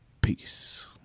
Peace